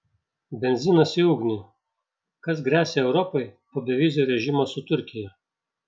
benzinas į ugnį kas gresia europai po bevizio režimo su turkija